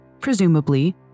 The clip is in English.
Presumably